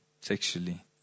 sexually